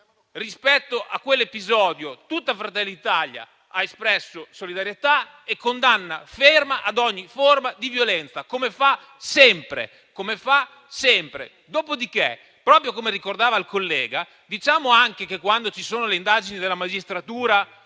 Rispetto a quell'episodio tutta Fratelli d'Italia ha espresso solidarietà e condanna ferma nei confronti di ogni forma di violenza, come fa sempre. Dopodiché, proprio come ricordava il collega, diciamo anche che, quando ci sono le indagini della magistratura,